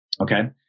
Okay